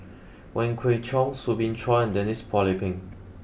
Wong Kwei Cheong Soo Bin Chua and Denise Phua Lay Peng